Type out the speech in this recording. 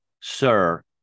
sir